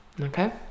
Okay